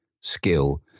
skill